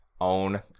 own